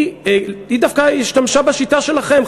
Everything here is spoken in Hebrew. היא דווקא השתמשה בשיטה שלכם,